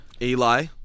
Eli